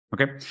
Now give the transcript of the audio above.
Okay